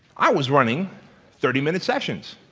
i was running thirty minute sessions.